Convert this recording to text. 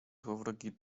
złowrogi